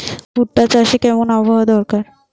ভুট্টা চাষে কেমন আবহাওয়া দরকার?